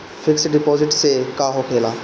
Fix deposit से का होखे ला?